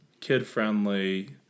kid-friendly